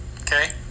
Okay